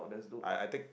I I take